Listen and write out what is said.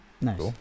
Nice